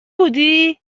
بودی